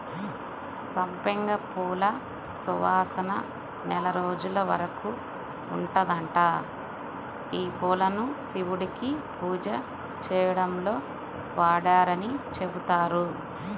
సంపెంగ పూల సువాసన నెల రోజుల వరకు ఉంటదంట, యీ పూలను శివుడికి పూజ చేయడంలో వాడరని చెబుతారు